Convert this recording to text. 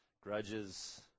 grudges